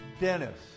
Dennis